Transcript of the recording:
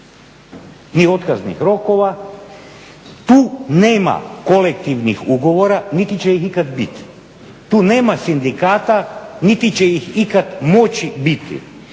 ni otkaznih rokova. Tu nema kolektivnih ugovora niti će ih ikada biti, tu nema sindikata niti će ih ikad moći biti,